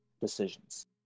decisions